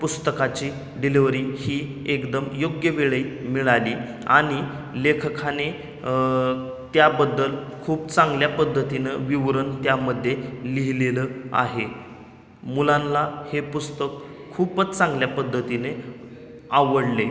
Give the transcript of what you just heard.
पुस्तकाची डिलिव्हरी ही एकदम योग्य वेळी मिळाली आणि लेखकाने त्याबद्दल खूप चांगल्या पद्धतीनं विवरण त्यामध्ये लिहिलेलं आहे मुलांला हे पुस्तक खूपच चांगल्या पद्धतीने आवडले